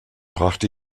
brachte